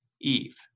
Eve